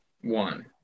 one